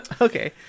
Okay